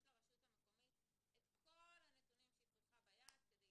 יש לרשות המקומיות את כל הנתונים שהיא צריכה ביד כדי